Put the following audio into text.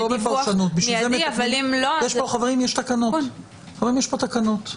בפרשנות --- חברים, יש פה תקנות.